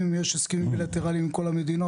יש הסכמים בילטרליים עם כל המדינות?